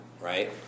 right